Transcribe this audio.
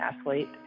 athlete